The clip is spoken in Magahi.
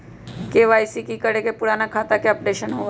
के.वाई.सी करें से पुराने खाता के अपडेशन होवेई?